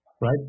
right